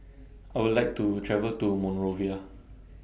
I Would like to travel to Monrovia